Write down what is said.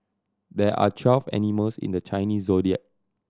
there are twelve animals in the Chinese Zodiac